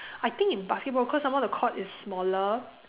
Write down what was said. I think in basketball cause some more the court is smaller